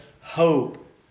hope